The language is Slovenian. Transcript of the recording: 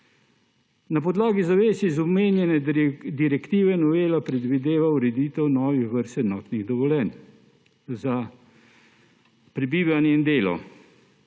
Na podlagi zavez iz omenjene direktive novela predvideva ureditev novih vrst enotnih dovoljenj za prebivanje in delo.